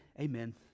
Amen